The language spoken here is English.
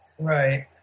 Right